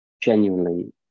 genuinely